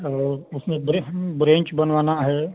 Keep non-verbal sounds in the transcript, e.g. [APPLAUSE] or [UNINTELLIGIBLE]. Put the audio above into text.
और उसमें [UNINTELLIGIBLE] ब्रेंच बनवाना है